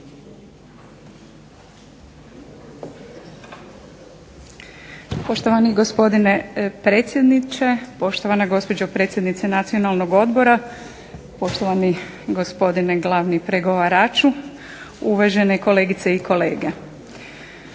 Poštovani gospodine predsjedniče, poštovana gospođo predsjednice Nacionalnog odbora, poštovani gospodine glavni pregovaraču, uvažene kolegice i kolege.